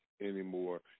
anymore